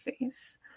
face